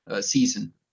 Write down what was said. season